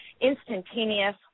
instantaneous